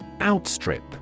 Outstrip